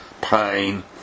pain